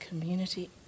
community